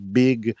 big